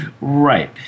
right